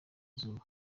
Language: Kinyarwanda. izuba